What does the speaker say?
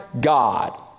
God